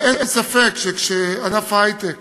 ואין ספק שכשענף ההיי-טק